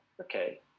okay